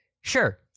sure